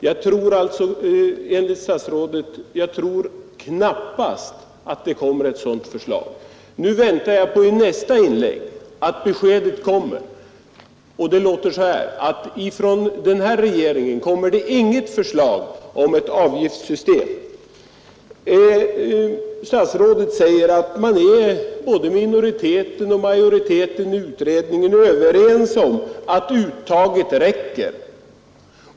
Nu väntar jag på jordbruksministerns nästa inlägg och att han där skall säga: ”Från denna regering kommer inte något förslag om ett avgiftssystem att framläggas!” Statsrådet säger, att både majoriteten och minoriteten i utredningen är överens om att uttaget räcker.